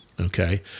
okay